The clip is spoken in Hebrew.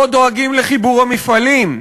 לא דואגים לחיבור המפעלים.